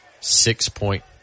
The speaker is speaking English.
six-point